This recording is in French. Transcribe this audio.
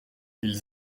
ils